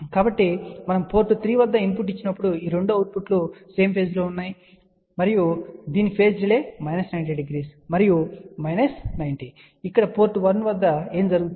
కాబట్టి మనము పోర్ట్ 3 వద్ద ఇన్పుట్ ఇచ్చినప్పుడు ఈ 2 అవుట్పుట్లు ఇప్పుడు సేమ్ పేజ్ లో ఉన్నాయి మరియు దీని వద్ద పేజ్ డిలే మైనస్ 90 మరియు మైనస్ 90 మరియు ఇక్కడ పోర్ట్ 1 వద్ద ఏమి జరుగుతుంది